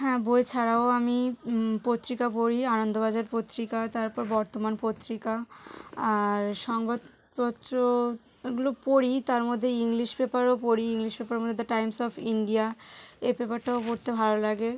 হ্যাঁ বই ছাড়াও আমি পত্রিকা পড়ি আনন্দবাজার পত্রিকা তারপর বর্তমান পত্রিকা আর সংবাদপত্র এগুলো পড়ি তার মধ্যে ইংলিশ পেপারও পড়ি ইংলিশ পেপারের মধ্যে টাইমস অফ ইন্ডিয়া এ পেপারটাও পড়তে ভালো লাগে